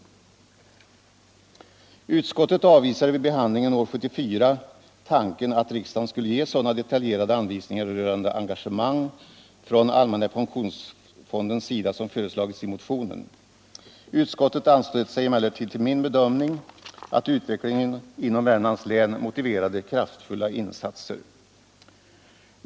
10 Utskottet avvisade vid behandlingen år 1974 tanken att riksdagen skulle ge sådana detaljerade anvisningar rörande engagemang från allmänna pensionsfondens sida som föreslagits i motionen, men utskottet anslöt sig till min bedömning att utvecklingen inom Värmlands län motiverade kraftfulla insatser.